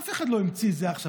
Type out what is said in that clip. אף אחד לא המציא את זה עכשיו.